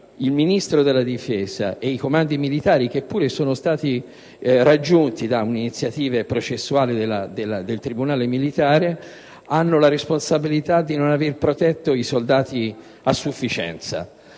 il Ministro della difesa ed i comandi militari, che pure sono stati raggiunti da un'iniziativa processuale del tribunale militare, hanno la responsabilità di non aver protetto i soldati a sufficienza.